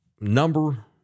number